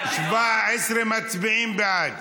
17 מצביעים בעד,